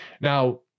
Now